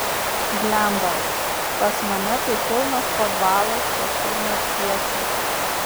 blemba pas mane tai pilnas podvalas tokių marsiečių